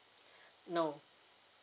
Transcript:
no